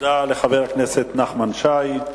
תודה לחבר הכנסת נחמן שי.